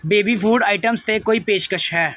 baby food items 'ਤੇ ਕੋਈ ਪੇਸ਼ਕਸ਼ ਹੈ